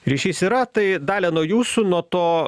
ryšys yra tai dalia nuo jūsų nuo to